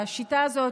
השיטה הזאת,